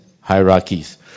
hierarchies